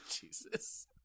Jesus